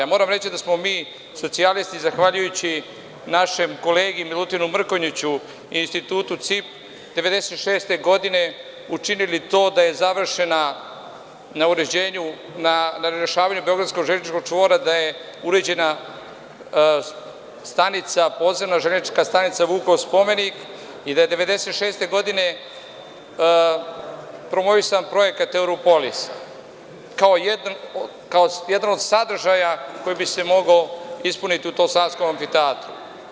Moram reći da smo mi socijalisti zahvaljujući našem kolegi Milutinu Mrkonjiću i Institutu CIP 1996. godine učinili to da je završena na uređenju, na rešavanju beogradskog železničkog čvora, da je uređena stanica, podzemna železnička stanica „Vukov spomenik“ i da je 1996. godine promovisan projekat „Europolis“, kao jedan od sadržaja koji bi se mogao ispuniti u tom Savskom amfiteatru.